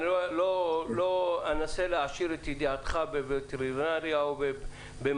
אני לא אנסה להעשיר את ידיעותיך בנושאים אלו.